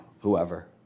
whoever